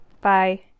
Bye